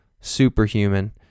superhuman